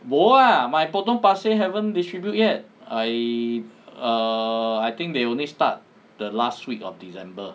bo ah my potong pasir haven't distribute yet I err I think they only start the last week of december